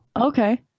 Okay